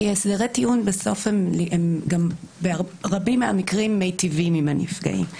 כי הסדרי טיעון בסוף ברבים מהמקרים מיטיבים עם הנפגעים,